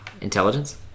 Intelligence